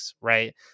right